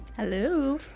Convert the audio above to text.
hello